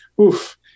oof